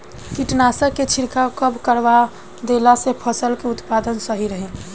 कीटनाशक के छिड़काव कब करवा देला से फसल के उत्पादन सही रही?